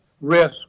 risk